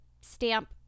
stamp